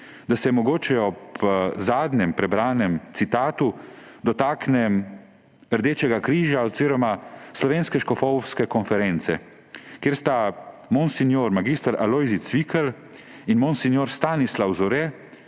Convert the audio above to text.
da se mogoče ob zadnjem prebranem citatu dotaknem Rdečega križa oziroma Slovenske škofovske konference, kjer sta monsinjor mag. Alojzij Cvikl in monsinjor Stanislav Zore